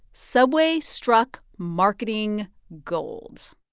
subway struck marketing gold